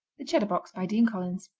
the cheddar box by dean collins.